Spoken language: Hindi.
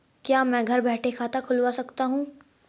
क्या मैं घर बैठे खाता खुलवा सकता हूँ?